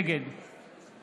נגד